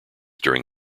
during